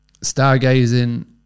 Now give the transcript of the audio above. stargazing